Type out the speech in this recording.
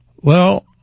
Well